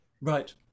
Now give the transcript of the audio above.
right